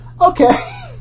okay